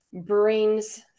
brings